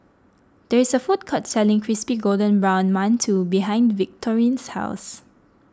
there is a food court selling Crispy Golden Brown Mantou behind Victorine's house